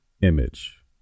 image